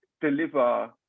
deliver